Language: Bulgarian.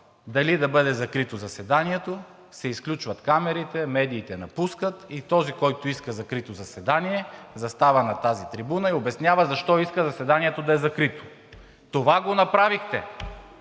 дали да бъде закрито заседанието, се изключват камерите, медиите напускат и този, който иска закрито заседание, застава на тази трибуна и обяснява защо иска заседанието да е закрито. Това го направихте!